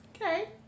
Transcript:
okay